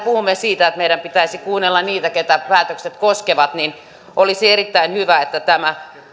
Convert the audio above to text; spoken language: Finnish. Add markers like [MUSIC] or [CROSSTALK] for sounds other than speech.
[UNINTELLIGIBLE] puhumme siitä että meidän pitäisi kuunnella niitä joita päätökset koskevat niin olisi erittäin hyvä että